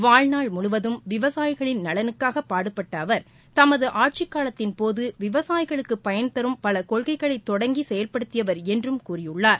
வாழ்நாள் முழுவதும் விவசாயிகளின் நலனுக்காக பாடுபட்ட அவர் தமது ஆட்சிக்காலத்தின்போது விவசாயிகளுக்கு பயன்தரும் பல கொள்கைகளை தொடங்கி செயல்படுத்தியவர் என்றும் கூறியுள்ளார்